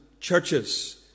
churches